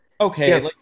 okay